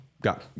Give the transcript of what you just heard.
Got